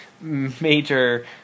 major